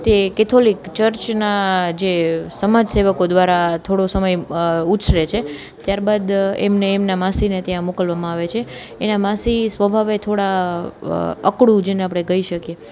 તે કેથોલિક ચર્ચના જે સમાજ સેવકો દ્વારા થોડો સમય ઉછરે છે ત્યાર બાદ એમને એમના માસીને ત્યાં મોકલવામાં આવે છે એના માસી સ્વભાવે થોડા અકળું જેને આપણે કઈ શકીએ